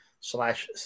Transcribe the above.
slash